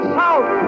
south